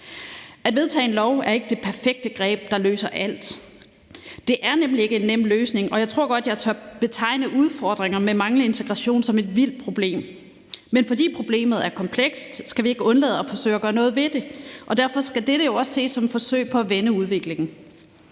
At vedtage en lov er ikke det perfekte greb, der løser alt. Det er nemlig ikke en nem løsning, og jeg tror godt, jeg tør betegne udfordringerne med manglende integration som et vildt problem, men fordi problemet er komplekst, skal vi ikke undlade at forsøge at gøre noget ved det. Derfor skal dette jo også ses som et forsøg på at vende udviklingen.